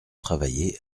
travaillé